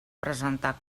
presentar